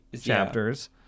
chapters